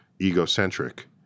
egocentric